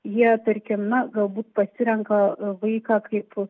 jie tarkim na galbūt pasirenka vaiką kaip